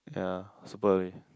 yeah super early